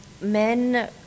men